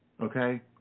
Okay